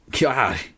God